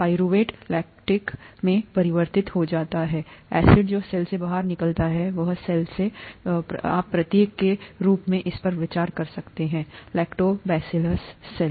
pyruvate lactic में परिवर्तित हो जाता है एसिड जो सेल से बाहर निकलता है यह वह सेल है जो यहां है आप प्रत्येक के रूप में इस पर विचार कर सकते हैं लैक्टोबैसिलससेल